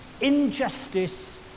injustice